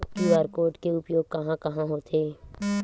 QR code के उपयोग कहां कहां होथे?